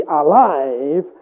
alive